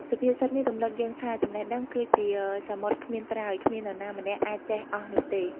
សុភាសិតនេះរំឭកយើងថា ចំណេះដឹងគឺជាសមុទ្រគ្មានត្រើយ គ្មាននរណាម្នាក់អាចចេះអស់នោះទេ។